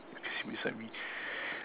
you can sit beside me